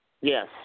Yes